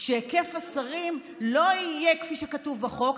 שהיקף השרים לא יהיה כפי שכתוב בחוק,